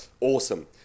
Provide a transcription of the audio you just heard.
awesome